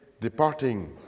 departing